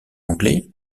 anglais